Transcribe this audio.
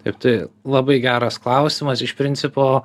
taip tai labai geras klausimas iš principo